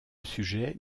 sujet